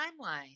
timeline